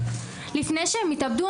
לפני שהם התאבדו,